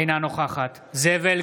אינה נוכחת זאב אלקין,